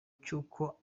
cy’uko